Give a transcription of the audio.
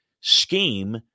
scheme